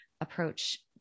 approach